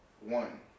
One